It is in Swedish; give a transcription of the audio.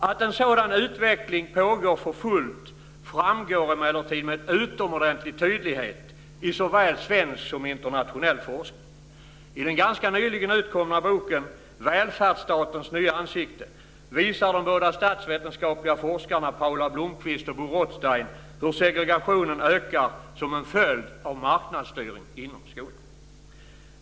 Att en sådan utveckling pågår för fullt framgår emellertid med utomordentlig tydlighet i såväl svensk som internationell forskning. I den ganska nyligen utkomna boken Välfärdsstatens nya ansikte visar de båda statsvetenskapliga forskarna Paula Blomqvist och Bo Rothstein hur segregationen ökar som en följd av marknadsstyrning inom skolan.